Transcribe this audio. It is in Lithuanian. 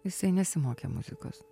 jisai nesimokė muzikos